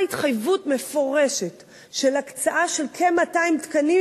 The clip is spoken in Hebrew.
התחייבות מפורשת של הקצאה של כ-200 תקנים,